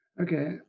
Okay